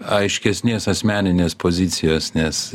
aiškesnės asmeninės pozicijos nes